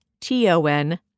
t-o-n